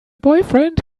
boyfriend